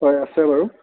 হয় আছে বাৰু